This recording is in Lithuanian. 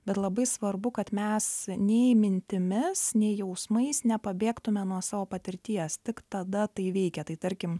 bet labai svarbu kad mes nei mintimis nei jausmais nepabėgtume nuo savo patirties tik tada tai veikia tai tarkim